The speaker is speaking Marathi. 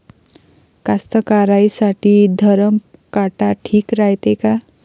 कास्तकाराइसाठी धरम काटा ठीक रायते का?